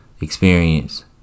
experience